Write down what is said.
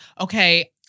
okay